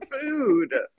food